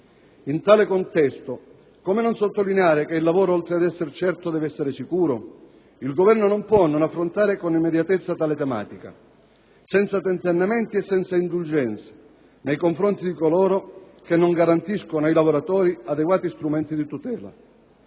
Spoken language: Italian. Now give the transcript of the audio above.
In tale contesto come non sottolineare che il lavoro, oltre ad essere certo, deve essere sicuro? Il Governo non può non affrontare con immediatezza tale tematica, senza tentennamenti e senza indulgenze nei confronti di coloro che non garantiscono ai lavoratori adeguati strumenti di tutela.